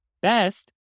best